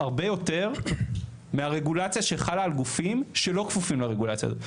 הרבה ותר מהרגולציה שחלה על גופים שלא כפופים לרגולציה הזאת,